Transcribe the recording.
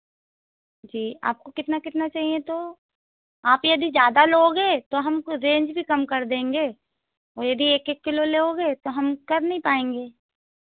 जी आपको कितना कितना चाहिए तो आप यदि ज़्यादा लोगे तो हमको रेंज भी कम कर देंगे और यदि एक एक किलो लोगे तो हम कर नहीं पाएँगे